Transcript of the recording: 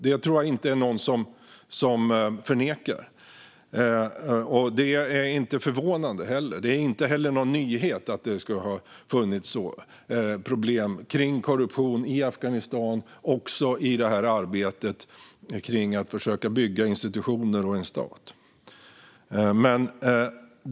Det tror jag inte att någon förnekar, och det är heller inte förvånande. Det är heller ingen nyhet att det har funnits problem med korruption i Afghanistan också inom arbetet med att försöka bygga institutioner och en stat.